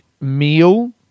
meal